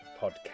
podcast